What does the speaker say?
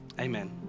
amen